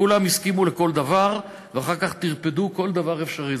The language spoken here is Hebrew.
כולם הסכימו לכל דבר ואחר כך טרפדו כל דבר אפשרי.